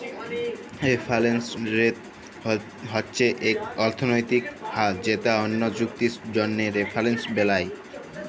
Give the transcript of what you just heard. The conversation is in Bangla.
রেফারেলস রেট হছে অথ্থলৈতিক হার যেট অল্য চুক্তির জ্যনহে রেফারেলস বেলায়